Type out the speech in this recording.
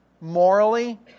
morally